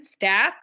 stats